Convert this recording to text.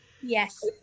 yes